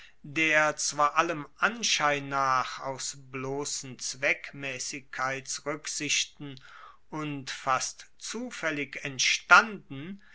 der zwar allem anschein nach aus blossen zweckmaessigkeitsruecksichten und fast zufaellig entstanden